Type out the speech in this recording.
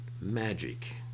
magic